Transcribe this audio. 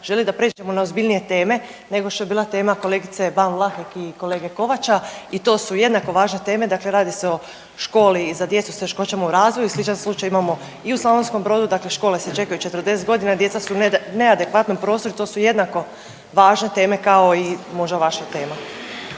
želi da prijeđemo na ozbiljnije teme nego što je bila tema kolegice Ban Vlahek i kolege Kovača i to su jednako važne teme. Dakle, radi se o školi za djecu sa teškoćama u razvoju. Sličan slučaj imamo i u Slavonskom Brodu. Dakle, škole se čekaju 40 godina, djeca su u neadekvatnom prostoru i to su jednako važne teme kao i možda vaša tema.